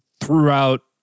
throughout